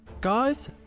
guys